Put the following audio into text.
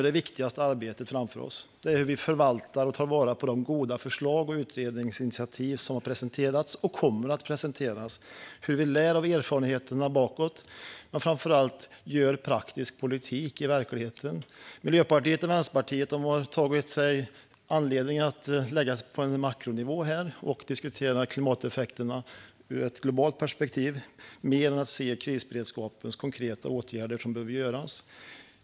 Det viktigaste arbete som vi har framför oss är hur vi förvaltar och tar till vara de goda förslag och utredningsinitiativ som har presenterats och kommer att presenteras. Vi måste lära av erfarenheterna och göra praktisk politik av verkligheten. Miljöpartiet och Vänsterpartiet vill mer lägga sig på en makronivå här och diskutera klimateffekterna ur ett globalt perspektiv än att se vilka konkreta åtgärder som behöver vidtas för krisberedskapen.